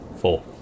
Four